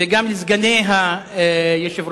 וגם לסגני היושב-ראש.